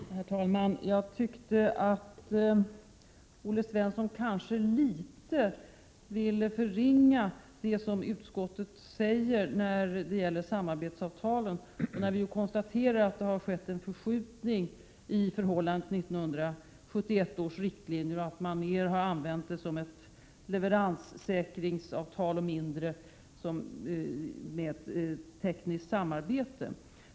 Herr talman! Jag tyckte mig märka att Olle Svensson ville förringa det som utskottet säger när det gäller samarbetsavtalen. Vi konstaterar ju att det har skett en förskjutning i förhållande till 1971 års riktlinjer och att man har använt samarbetsavtal mer som leveranssäkringsavtal och mindre för rent tekniskt samarbete.